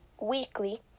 weekly